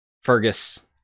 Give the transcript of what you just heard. fergus